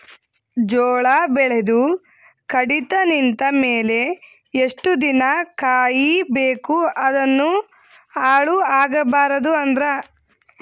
ಜೋಳ ಬೆಳೆದು ಕಡಿತ ನಿಂತ ಮೇಲೆ ಎಷ್ಟು ದಿನ ಕಾಯಿ ಬೇಕು ಅದನ್ನು ಹಾಳು ಆಗಬಾರದು ಅಂದ್ರ?